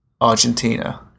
Argentina